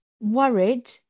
worried